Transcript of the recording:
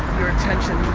your attention